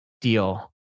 deal